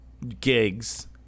Gigs